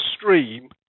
stream